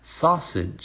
Sausage